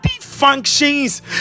functions